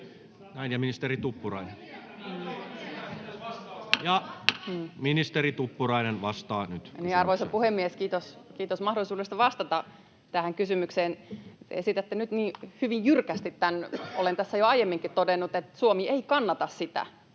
ilmastorahastosta (Jani Mäkelä ps) Time: 16:10 Content: Arvoisa puhemies! Kiitos mahdollisuudesta vastata tähän kysymykseen. — Esitätte nyt hyvin jyrkästi tämän. Olen tässä jo aiemminkin todennut, että Suomi ei kannata sitä,